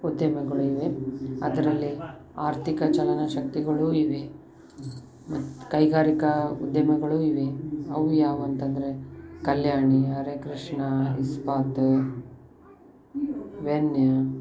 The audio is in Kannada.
ಉದ್ಯಮಗಳಿವೆ ಅದರಲ್ಲಿ ಆರ್ಥಿಕ ಚಲನ ಶಕ್ತಿಗಳು ಇವೆ ಮತ್ತೆ ಕೈಗಾರಿಕಾ ಉದ್ಯಮಗಳು ಇವೆ ಅವು ಯಾವು ಅಂತಂದರೆ ಕಲ್ಯಾಣಿ ಹರೇ ಕೃಷ್ಣ ಇಸ್ಪಾತ್ ವೆನ್ಯು